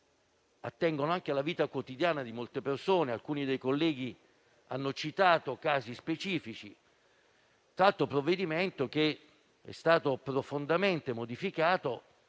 attengono anche alla vita quotidiana di molte persone e alcuni dei colleghi hanno citato casi specifici. Tra l'altro, il provvedimento è stato profondamente modificato